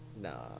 no